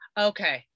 Okay